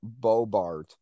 Bobart